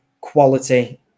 quality